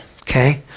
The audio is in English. okay